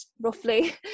roughly